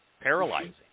paralyzing